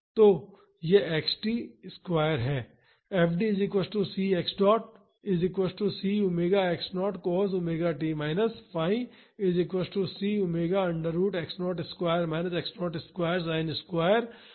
तो वह x t square है